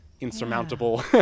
insurmountable